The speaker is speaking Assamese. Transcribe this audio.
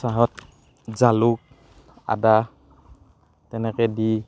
চাহত জালুক আদা তেনেকৈ দি